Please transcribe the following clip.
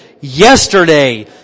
yesterday